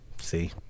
See